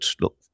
look